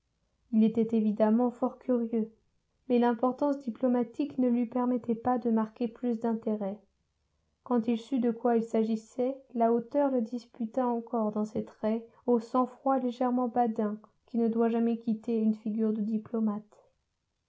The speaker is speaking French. il était évidemment fort curieux mais l'importance diplomatique ne lui permettait pas de marquer plus d'intérêt quand il sut de quoi il s'agissait la hauteur le disputa encore dans ses traits au sang-froid légèrement badin qui ne doit jamais quitter une figure de diplomate